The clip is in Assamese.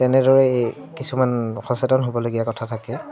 তেনেদৰেই এই কিছুমান সচেতন হ'বলগীয়া কথা থাকে